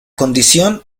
condición